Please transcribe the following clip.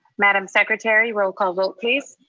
madam secretary roll call vote please.